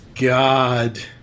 god